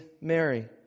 Mary